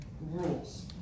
rules